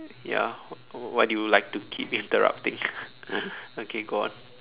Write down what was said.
ya why do you like to keep interrupting okay go on